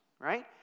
Right